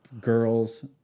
girls